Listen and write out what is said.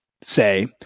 say